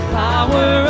power